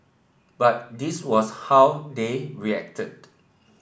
but this was how they reacted